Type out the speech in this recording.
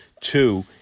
two